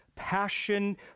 passion